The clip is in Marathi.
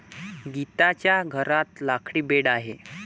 गीताच्या घरात लाकडी बेड आहे